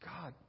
God